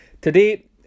today